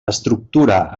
estructura